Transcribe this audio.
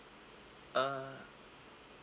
uh